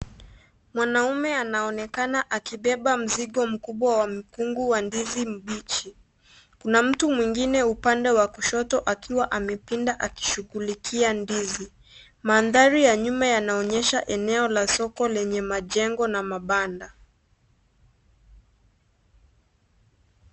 Mwanaume anaonekana akibeba mzigo mkubwa wa mkunga wa ndizi mbichi, kuna mtu mwingine upande wa kushoto akiwa amepinda akishugulikia ndizi mandhari ya nyuma ya soko yanaonyesha majengo na mabanda .